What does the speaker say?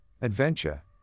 adventure